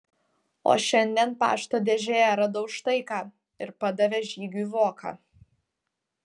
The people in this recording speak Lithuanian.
o šiandien pašto dėžėje radau štai ką ir padavė žygiui voką